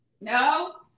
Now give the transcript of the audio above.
No